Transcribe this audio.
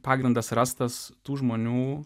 pagrindas rastas tų žmonių